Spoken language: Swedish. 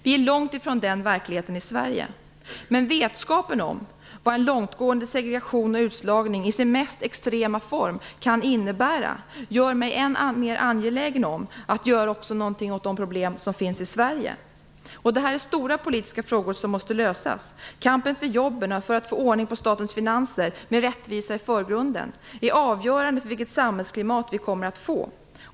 Vi är långtifrån den verkligheten i Sverige, men vetskapen om vad en långtgående segregation och utslagning i sin mest extrema form kan innebära gör mig än mer angelägen om att göra också någonting åt de problem som finns i Sverige. Det här är stora politiska frågor, som måste lösas. Kampen för jobben, för att få ordning på statens finanser, med rättvisa i förgrunden, är avgörande för vilket samhällsklimat vi kommer att få.